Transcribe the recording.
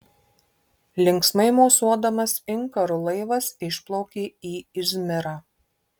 linksmai mosuodamas inkaru laivas išplaukė į izmirą